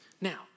Now